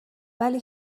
ولی